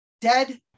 Dead